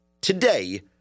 today